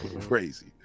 crazy